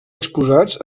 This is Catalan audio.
exposats